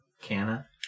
Canna